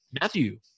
Matthew